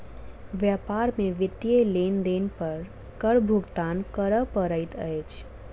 व्यापार में वित्तीय लेन देन पर कर भुगतान करअ पड़ैत अछि